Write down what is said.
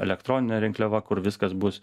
elektroninė rinkliava kur viskas bus